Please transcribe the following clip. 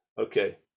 Okay